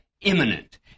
imminent